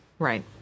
Right